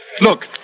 Look